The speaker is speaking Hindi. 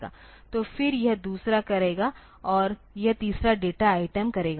तो फिर यह दूसरा करेगा और यह तीसरा डेटा आइटम करेगा